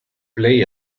play